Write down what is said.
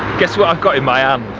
guess what i've got in my um